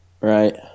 Right